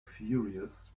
furious